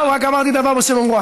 רק אמרתי דבר בשם אומרו.